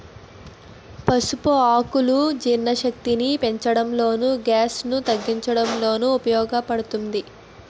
పసుపు ఆకులు జీర్ణశక్తిని పెంచడంలోను, గ్యాస్ ను తగ్గించడంలోనూ ఉపయోగ పడుతుంది